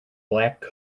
black